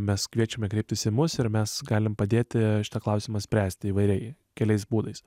mes kviečiame kreiptis į mus ir mes galim padėti šitą klausimą spręsti įvairiai keliais būdais